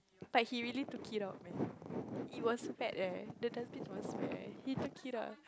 but he really took it out leh it was fat leh the dustbin was fat leh he took it out